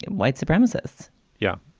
white supremacists yeah.